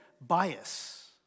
bias